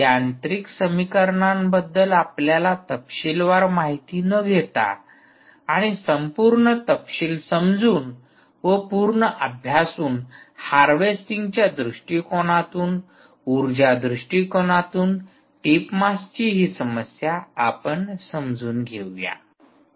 यांत्रिक समीकरणांबद्दल आपल्याला तपशीलवार माहिती न घेता आणि संपूर्ण तपशील समजून व पूर्ण अभ्यासून हार्वेस्टिंगच्या दृष्टीकोनातून उर्जा दृष्टीकोनातून टिप मासची ही समस्या आपण समजून घेऊया